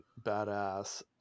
badass